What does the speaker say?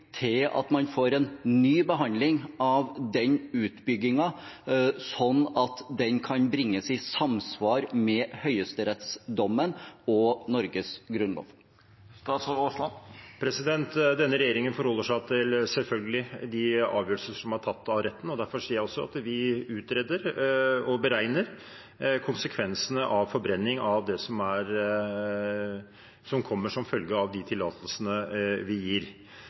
til at man får en ny behandling av den utbyggingen, sånn at den kan bringes i samsvar med høyesterettsdommen og Norges Grunnlov? Denne regjeringen forholder seg selvfølgelig til de avgjørelser som er tatt av retten, og derfor sier jeg også at vi utreder og beregner konsekvensene av forbrenning av det som kommer som følge av de tillatelsene vi gir.